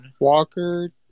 Walker